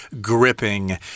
gripping